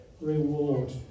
reward